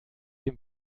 dem